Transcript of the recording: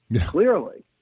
clearly